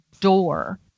door